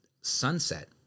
sunset